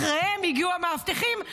אחריהם הגיעו המאבטחים.